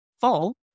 full